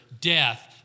death